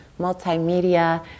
multimedia